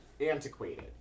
antiquated